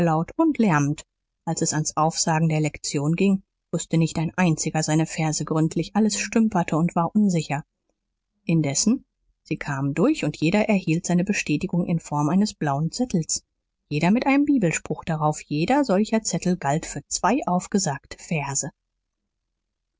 und lärmend als es ans aufsagen der lektion ging wußte nicht ein einziger seine verse gründlich alles stümperte und war unsicher indessen sie kamen durch und jeder erhielt seine bestätigung in form eines blauen zettels jeder mit einem bibelspruch darauf jeder solcher zettel galt für zwei aufgesagte verse